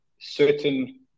certain